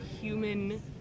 human